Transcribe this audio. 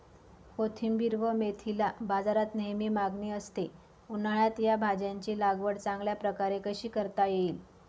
कोथिंबिर व मेथीला बाजारात नेहमी मागणी असते, उन्हाळ्यात या भाज्यांची लागवड चांगल्या प्रकारे कशी करता येईल?